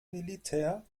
militär